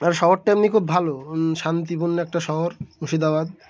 আর শহরটা এমনি খুব ভালো শান্তিপুর্ণ একটা শহর মুর্শিদাবাদ